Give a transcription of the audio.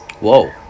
whoa